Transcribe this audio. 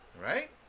right